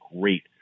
great